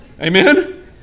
Amen